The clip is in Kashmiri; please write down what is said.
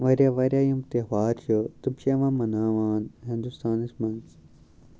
واریاہ واریاہ یِم تہیوار چھِ تم چھِ یِوان مَناوان ہِندوستانَس منٛز